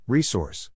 Resource